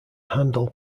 handle